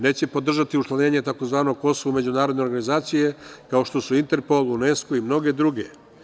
Neće podržati učlanjenje tzv. Kosova u međunarodne organizacije, kao što su Interpol, UNESKO i mnoge druge.